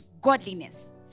godliness